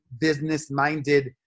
business-minded